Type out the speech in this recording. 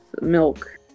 milk